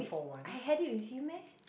I had it with you meh